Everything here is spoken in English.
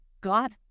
God